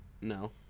no